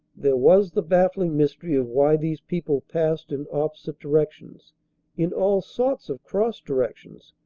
there was the baffling mystery of why these people passed in opposite directions in all sorts of cross directions.